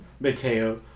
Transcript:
Mateo